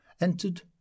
entered